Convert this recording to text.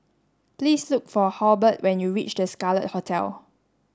please look for Halbert when you reach The Scarlet Hotel